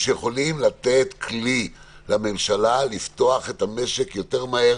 לתת כלי לממשלה לפתוח את המשק יותר מהר